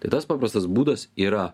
tai tas paprastas būdas yra